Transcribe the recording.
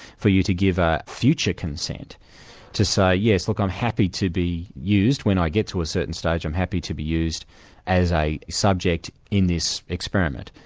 for you to give a future consent to say yes, look, i'm happy to be used when i get to a certain stage, i'm happy to be used as a subject in this experiment,